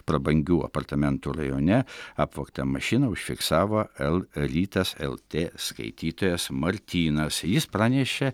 prabangių apartamentų rajone apvogtą mašiną užfiksavo lrytas lt skaitytojas martynas jis pranešė